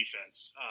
defense